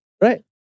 Right